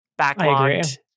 Backlogged